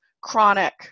chronic